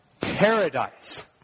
paradise